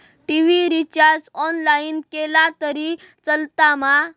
TV recharge online केला तरी चलात मा?